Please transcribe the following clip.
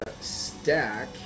stack